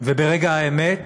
וברגע האמת